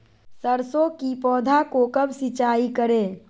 सरसों की पौधा को कब सिंचाई करे?